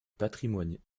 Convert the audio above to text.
patrimoine